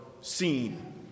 seen